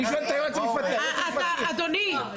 היועץ המשפטי, תגיד לי מתי היה דיון?